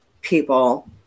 people